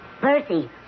Percy